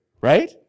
right